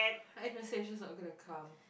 Anastasia's not gonna come